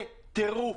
זה טירוף.